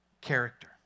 character